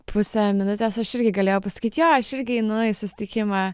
pusę minutės aš irgi galėjau pasakyt jo aš irgi einu į susitikimą